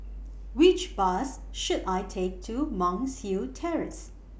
Which Bus should I Take to Monk's Hill Terrace